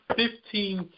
fifteen